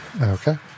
Okay